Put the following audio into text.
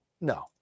No